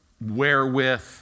wherewith